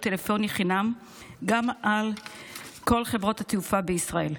טלפוני חינם גם על כל חברות התעופה בישראל.